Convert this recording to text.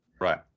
Right